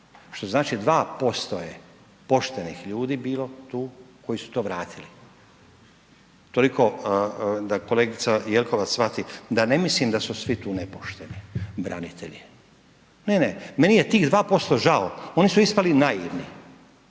što znači 2% je poštenih ljudi bilo tu koji su to vratili. Toliko da kolegica Jelkovac shvati da ne mislim da su svi tu nepošteni branitelji. Ne, ne, meni je tih 2% žao, oni su ispali naivni,